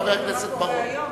חבר הכנסת בר-און.